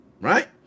Right